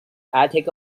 attic